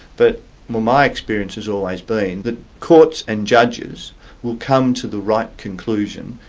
but my experience has always been that courts and judges will come to the right conclusion,